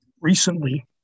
recently